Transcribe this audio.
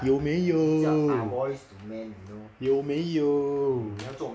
有没有有没有